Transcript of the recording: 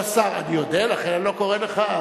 אני יודע, לכן אני לא קורא לך.